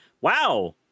wow